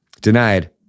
denied